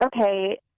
okay